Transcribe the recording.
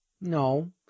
no